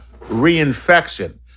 reinfection